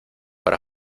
para